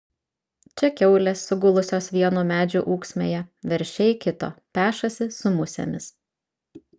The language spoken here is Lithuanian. čia kiaulės sugulusios vieno medžio ūksmėje veršiai kito pešasi su musėmis